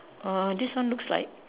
uh this one looks like